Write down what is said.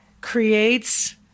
creates